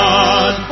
God